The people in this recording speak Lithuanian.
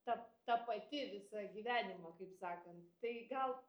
tap ta pati visą gyvenimą kaip sakant tai gal